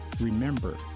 remember